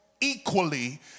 equally